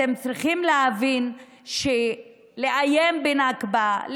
אתם צריכים להבין שלאיים בנכבה,